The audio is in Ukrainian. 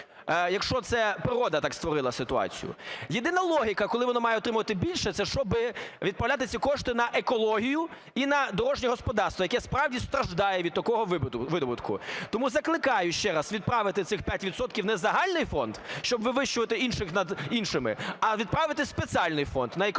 якщо це природа так створила ситуацію. Єдина логіка, коли воно має отримувати більше, це щоби відправляти ці кошти на екологію і на дорожнє господарство, яке, справді, страждає від такого видобутку. Тому закликаю ще раз відправити цих 5 відсотків не в загальний фонд, щоб вивищувати інших над іншими, а відправити в спеціальний фонд: на екологію,